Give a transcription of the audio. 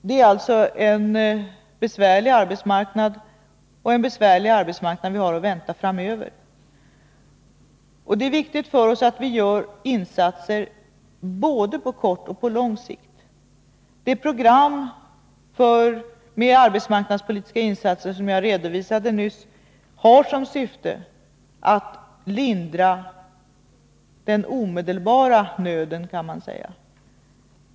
Vi har alltså just nu en besvärlig arbetsmarknad, och vi har en besvärlig arbetsmarknad att vänta framöver. Det är viktigt för oss att göra insatser både på kort och på lång sikt. Det program med arbetsmarknadspolitiska insatser som jag redovisade nyss har som syfte att lindra den omedelbara nöden, kan man säga.